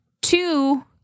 two